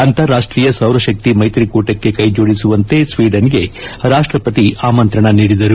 ಅಂತಾರಾಷ್ಷೀಯ ಸೌರಶಕ್ತಿ ಮೈತ್ರಿಕೂಟಕ್ಕೆ ಕೈಜೋಡಿಸುವಂತೆ ಸ್ವೀಡನ್ಗೆ ರಾಷ್ಷಪತಿ ಆಮಂತ್ರಣ ನೀಡಿದರು